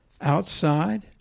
outside